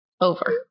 Over